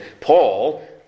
Paul